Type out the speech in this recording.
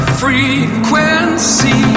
frequency